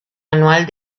anual